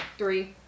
Three